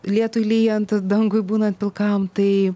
lietui lyjant dangui būnant pilkam tai